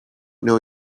know